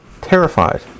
terrified